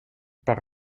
par